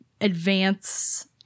advance